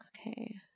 Okay